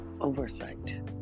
oversight